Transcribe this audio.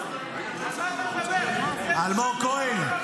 אלמוג כהן,